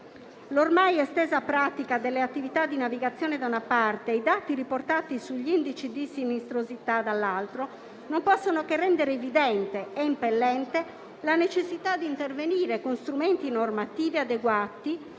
L'ormai estesa pratica delle attività di navigazione, da una parte, e i dati riportati sugli indici di sinistrosità, dall'altra, non possono che rendere evidente e impellente la necessità di intervenire con strumenti normativi adeguati,